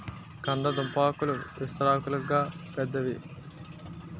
కంద దుంపాకులు విస్తరాకుల్లాగా పెద్దవి